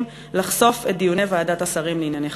לחשוף את דיוני ועדת השרים לענייני החקיקה.